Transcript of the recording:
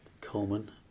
Coleman